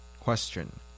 question